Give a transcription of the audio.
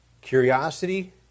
curiosity